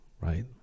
right